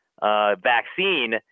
vaccine